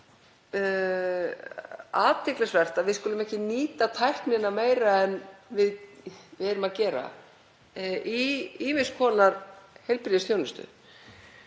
athyglisvert að við skulum ekki nýta tæknina meira en við gerum í ýmiss konar heilbrigðisþjónustu.